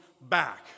back